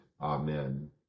Amen